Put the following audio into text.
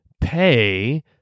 pay